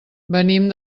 venim